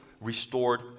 restored